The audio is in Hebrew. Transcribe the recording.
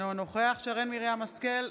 אינו נוכח שרן מרים השכל,